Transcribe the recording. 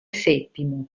settimo